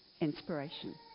inspiration